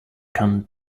can